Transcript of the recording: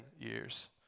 years